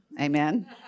Amen